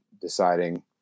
deciding